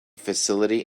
facility